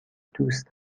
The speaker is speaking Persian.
دوست